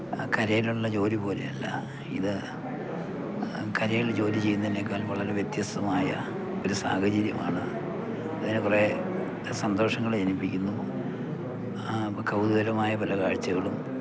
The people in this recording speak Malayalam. കരയിലുള്ള ജോലി പോലെ അല്ല ഇത് കരയിൽ ജോലി ചെയ്യുന്നതിനേക്കാൾ വളരെ വ്യത്യസ്തമായ ഒരു സാഹചര്യമാണ് അതിന് കുറേ സന്തോഷങ്ങൾ ജനിപ്പിക്കുന്നു ഇപ്പം കൗതുകരമായ പല കാഴ്ചകളും